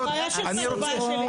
זה בעיה שלך, לא בעיה שלי.